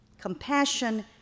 compassion